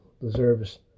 deserves